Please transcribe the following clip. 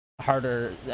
harder